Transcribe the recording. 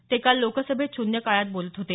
ते काल लोकसभेत शून्यकाळात बोलत होते